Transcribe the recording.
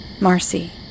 Marcy